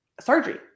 surgery